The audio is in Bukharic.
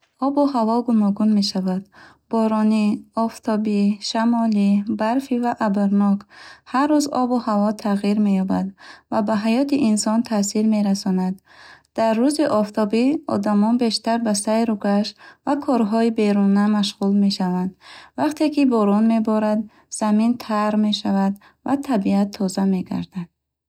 Обу ҳаво гуногун мешавад: боронӣ, офтобӣ, шамолӣ, барфӣ ва абрнок. Ҳар рӯз обу ҳаво тағйир меёбад ва ба ҳаёти инсон таъсир мерасонад. Дар рӯзи офтобӣ одамон бештар ба сайру гаш ва корҳои беруна машғул мешаванд. Вақте ки борон меборад, замин тар мешавад ва табиат тоза мегардад.